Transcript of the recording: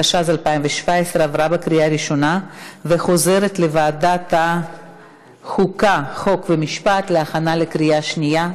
התשע"ז 2017, לוועדת החוקה, חוק ומשפט נתקבלה.